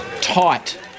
tight